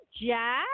Jack